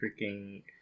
freaking